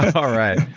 all right.